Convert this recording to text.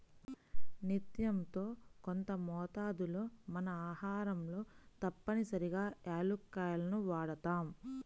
నిత్యం యెంతో కొంత మోతాదులో మన ఆహారంలో తప్పనిసరిగా యాలుక్కాయాలను వాడతాం